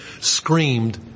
screamed